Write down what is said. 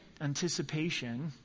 anticipation